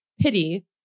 Pity